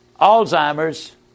Alzheimer's